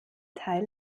teil